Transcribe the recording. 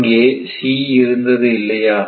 அங்கே c இருந்தது இல்லையா